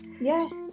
Yes